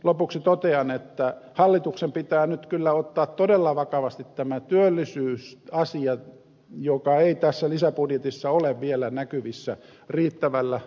lopuksi totean että hallituksen pitää nyt kyllä ottaa todella vakavasti tämä työllisyysasia joka ei tässä lisäbudjetissa ole vielä näkyvissä riittävällä tavalla